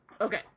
Okay